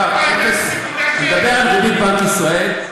אני מדבר על ריבית בנק ישראל.